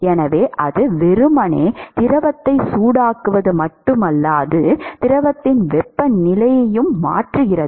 எனவே அது வெறுமனே திரவத்தை சூடாக்குவது மட்டுமல்லதிரவத்தின் வெப்பநிலையும் மாறுகிறது